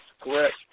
correct